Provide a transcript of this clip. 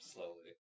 Slowly